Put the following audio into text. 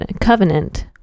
covenant